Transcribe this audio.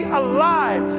alive